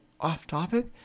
Off-topic